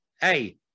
hey